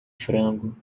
frango